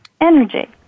energy